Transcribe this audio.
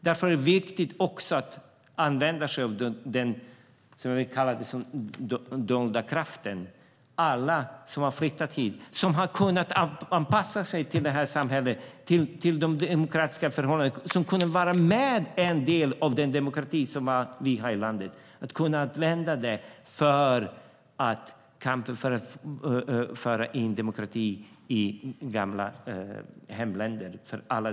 Därför är det också viktigt att använda sig av den dolda kraften, nämligen alla som har flyttat hit som har kunnat anpassa sig till det här samhället och demokratiska förhållanden. De kan vara en del av den demokrati som vi har i landet och använda det i kampen för att föra in demokrati i gamla hemländer.